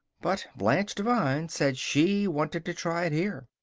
but blanche devine said she wanted to try it here.